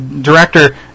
director